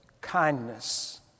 kindness